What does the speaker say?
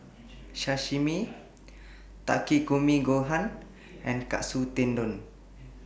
Sashimi Takikomi Gohan and Katsu Tendon